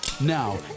Now